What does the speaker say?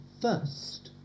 first